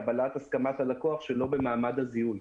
הסכמת הלקוח שלא במעמד הזיהוי.